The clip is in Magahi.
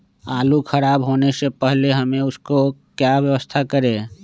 आलू खराब होने से पहले हम उसको क्या व्यवस्था करें?